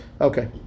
Okay